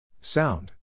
Sound